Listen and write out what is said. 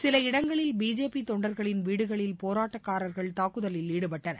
சில இடங்களில் பிஜேபி தொண்டர்களின் வீடுகளில் போராட்டக்காரர்கள் தாக்குதலில் ஈடுபட்டனர்